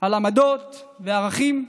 על עמדות וערכים.